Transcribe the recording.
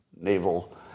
naval